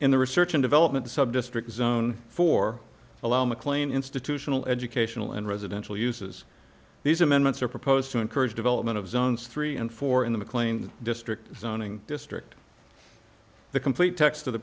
in the research and development the subdistrict zone for allow mclane institutional educational and residential uses these amendments are proposed to encourage development of zones three and four in the mclean district zoning district the complete text of the